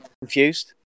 confused